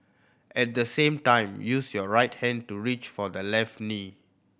at the same time use your right hand to reach for the left knee